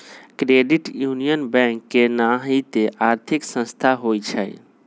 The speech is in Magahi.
क्रेडिट यूनियन बैंक के नाहिते आर्थिक संस्था होइ छइ